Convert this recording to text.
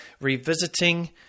revisiting